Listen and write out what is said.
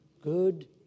Good